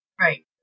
Right